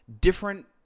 different